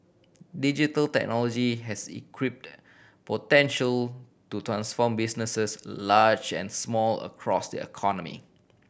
digital technology has equipped potential to transform businesses large and small across the economy